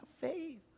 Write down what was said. faith